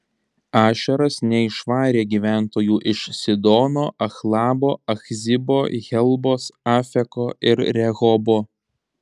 ašeras neišvarė gyventojų iš sidono achlabo achzibo helbos afeko ir rehobo